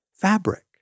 Fabric